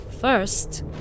First